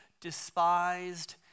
despised